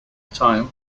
time